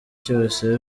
cyose